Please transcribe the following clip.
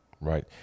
right